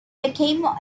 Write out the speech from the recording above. became